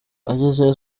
agezeyo